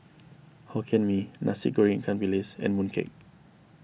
Hokkien Mee Nasi Goreng Ikan Bilis and Mooncake